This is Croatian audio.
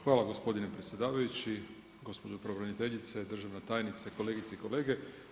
Hvala gospodine predsjedavajući, gospođo pravobraniteljice, državna tajnice, kolegice i kolege.